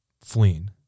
fleeing